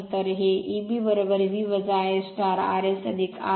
तर हे Eb V Ia R S ra